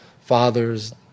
fathers